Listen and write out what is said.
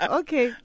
okay